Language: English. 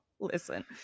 listen